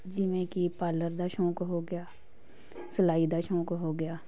ਜਿਵੇਂ ਕਿ ਪਾਰਲਰ ਦਾ ਸ਼ੌਂਕ ਹੋ ਗਿਆ ਸਿਲਾਈ ਦਾ ਸ਼ੌਂਕ ਹੋ ਗਿਆ